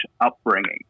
upbringing